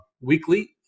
weekly